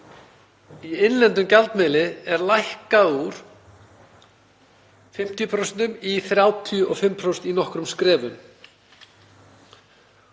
í innlendum gjaldmiðli sé lækkað úr 50% í 35% í nokkrum skrefum.